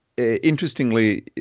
Interestingly